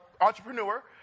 entrepreneur